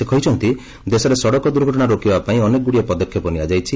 ସେ କହିଛନ୍ତି ଦେଶରେ ସଡ଼କ ଦୁର୍ଘଟଣା ରୋକିବା ପାଇଁ ଅନେକଗୁଡ଼ିଏ ପଦକ୍ଷେପ ନିଆଯାଇଛି